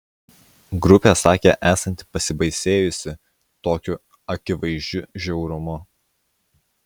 grupė sakė esanti pasibaisėjusi tokiu akivaizdžiu žiaurumu